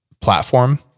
platform